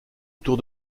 tour